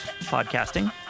Podcasting